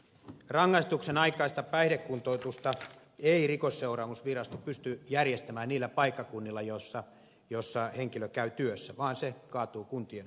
rangaistuksenaikaista päihdekuntoutusta ei rikosseuraamusvirasto pysty järjestämään paikkakunnilla missä henkilö käy työssä vaan se kaatuu kuntien hoidettavaksi